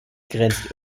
grenzt